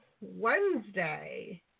Wednesday